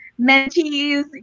mentees